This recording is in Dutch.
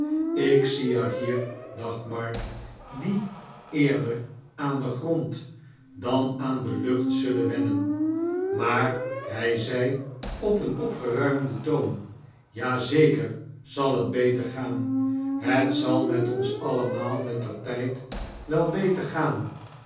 ik zie er hier dacht mark die eerder aan den grond dan aan de lucht zullen wennen maar hij zei op een opgeruimden toon ja zeker zal het beter gaan het zal met ons allemaal mettertijd wel beter gaan